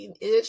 ish